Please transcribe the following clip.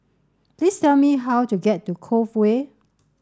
please tell me how to get to Cove Way